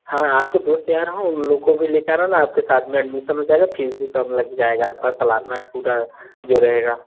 हाँ आपके दोस् यार हों उन लोग को भी ले कर आना ना आपके साथ में एडमिसन हो जाएगा फीस भी कम लग जाएगा आपका सलाना पूरा जो रहेगा